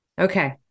okay